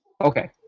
okay